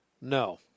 No